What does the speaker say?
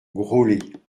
graulhet